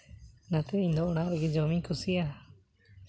ᱚᱱᱟᱛᱮ ᱤᱧ ᱫᱚ ᱚᱲᱟᱜ ᱨᱮᱜᱮ ᱡᱚᱢᱤᱧ ᱠᱩᱥᱤᱭᱟᱜᱼᱟ